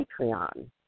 Patreon